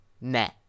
meh